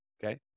Okay